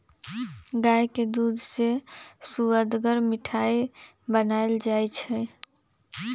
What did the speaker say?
गाय के दूध से सुअदगर मिठाइ बनाएल जाइ छइ